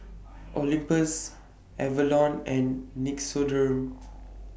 Olympus Avalon and Nixoderm